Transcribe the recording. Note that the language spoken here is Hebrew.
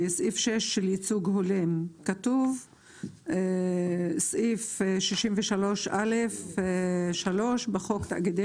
בסעיף 6 לייצוג הולם כתוב סעיף 63(א)(3) בחוק תאגידי